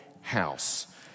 house